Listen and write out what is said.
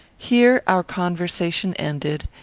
here our conversation ended,